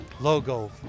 logo